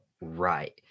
right